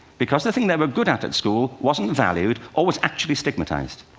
because the thing they were good at at school wasn't valued, or was actually stigmatized.